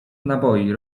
naboi